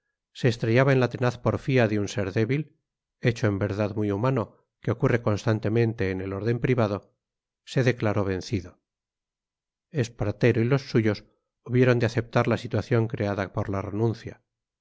se estrellaba en la tenaz porfía de un ser débil hecho en verdad muy humano que ocurre constantemente en el orden privado se declaró vencido espartero y los suyos hubieron de aceptar la situación creada por la renuncia